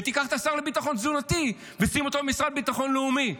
ותיקח את השר לביטחון תזונתי ותשים אותו במשרד לביטחון לאומי.